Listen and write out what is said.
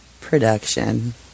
production